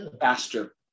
faster